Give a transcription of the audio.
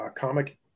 comic